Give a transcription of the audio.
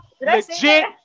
legit